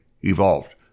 evolved